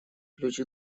ключ